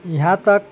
इहाँ तक